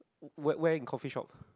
where where is coffee shop